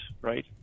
right